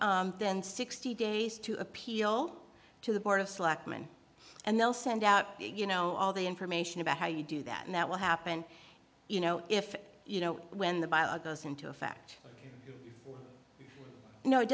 then sixty days to appeal to the board of selectmen and they'll send out you know all the information about how you do that and that will happen you know if you know when the bio goes into effect